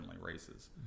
races